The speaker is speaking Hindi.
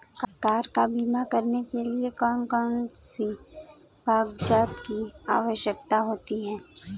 कार का बीमा करने के लिए कौन कौन से कागजात की आवश्यकता होती है?